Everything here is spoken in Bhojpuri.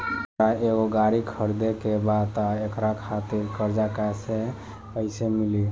हमरा एगो गाड़ी खरीदे के बा त एकरा खातिर कर्जा बैंक से कईसे मिली?